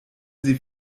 sie